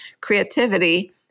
creativity